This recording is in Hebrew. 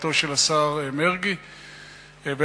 בדעתו של השר מרגי ואחרים,